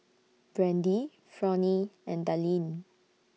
Brandy Fronie and Dallin